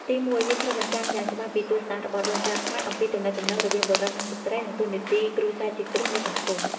ទីមួយ វាឆ្លុះបញ្ចាំងយ៉ាងច្បាស់ពីទស្សនៈរបស់ដូនតាខ្មែរអំពីទំនាក់ទំនងរវាងបុរសនិងស្ត្រី និងតួនាទីគ្រួសារជាគ្រឹះនៃសង្គម។